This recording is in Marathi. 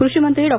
कृषिमंत्री डॉ